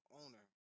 owner